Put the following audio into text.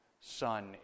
son